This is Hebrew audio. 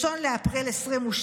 1 באפריל 2022,